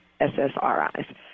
SSRIs